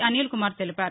అనిత్కుమార్ తెలిపారు